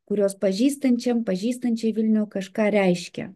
kurios pažįstančiam pažįstančiai vilnių kažką reiškia